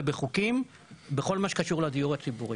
ובחוקים בכל מה שקשור בדיור הציבורי,